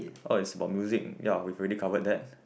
oh it's about music ya we've already covered that